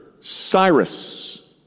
Cyrus